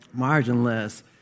marginless